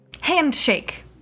handshake